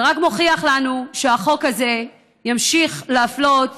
זה רק מוכיח לנו שהחוק הזה ימשיך להפלות